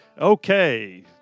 Okay